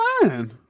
fine